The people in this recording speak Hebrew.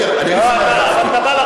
אני אגיד לך מה הרווחתי.